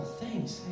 thanks